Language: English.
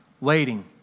waiting